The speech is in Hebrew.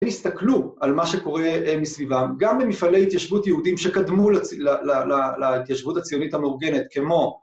‫והסתכלו על מה שקורה מסביבם, ‫גם במפעלי התיישבות יהודים ‫שקדמו להתיישבות הציונית המאורגנת, ‫כמו...